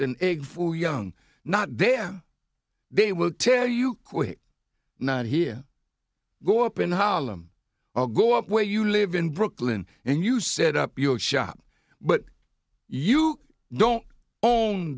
and egg for young not then they will tell you quit not here go up in holland go up where you live in brooklyn and you set up your shop but you don't own